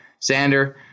Xander